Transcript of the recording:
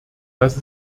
dass